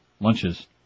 Lunches